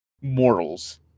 morals